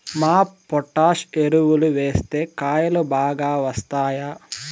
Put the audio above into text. MOP potash ఎరువులు వేస్తే కాయలు బాగా వస్తాయా?